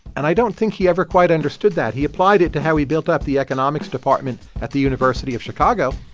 and i don't think he ever quite understood that. he applied it to how he built up the economics department at the university of chicago.